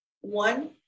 One